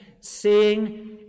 seeing